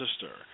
sister